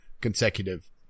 consecutive